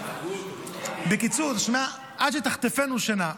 בקיצור, "עד שתחטפנו שינה".